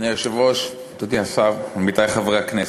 אדוני היושב-ראש, אדוני השר, עמיתי חברי הכנסת,